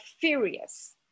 furious